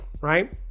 right